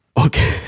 Okay